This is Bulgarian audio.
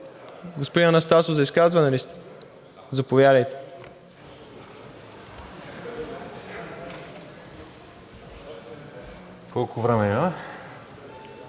Господин Анастасов, за изказване ли сте? Заповядайте.